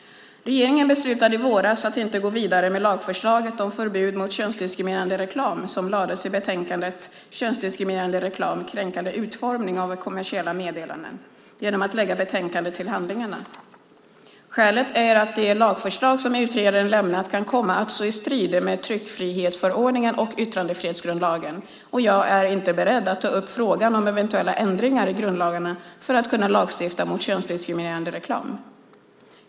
Regeringen beslutade i våras att inte gå vidare med lagförslaget om förbud mot könsdiskriminerande reklam som lades fram i betänkandet Könsdiskriminerande reklam - kränkande utformning av kommersiella meddelanden, SOU 2008:5, genom att lägga betänkandet till handlingarna. Skälet är att det lagförslag som utredaren lämnat kan komma att stå i strid med tryckfrihetsförordningen och yttrandefrihetsgrundlagen. Jag är inte beredd att ta upp frågan om eventuella ändringar i grundlagarna för att kunna lagstifta mot könsdiskriminerande reklam.